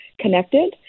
connected